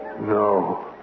No